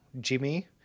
Jimmy